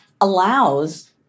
allows